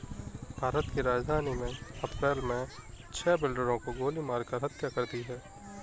भारत की राजधानी में अप्रैल मे छह बिल्डरों की गोली मारकर हत्या कर दी है